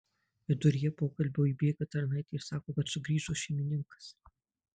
viduryje pokalbio įbėga tarnaitė ir sako kad sugrįžo šeimininkas